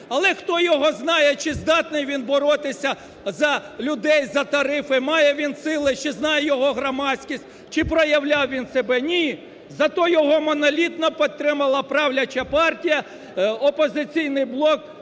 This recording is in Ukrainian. але хто його знає, чи здатний він боротися за людей, за тарифи, має він сили, чи знає його громадськість, чи проявляв він себе? Ні, зато його монолітно підтримала правляча партія, "Опозиційний блок"